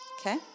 Okay